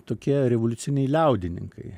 tokie revoliuciniai liaudininkai